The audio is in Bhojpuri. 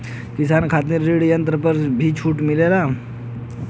किसान खातिर कृषि यंत्र पर भी छूट मिलेला?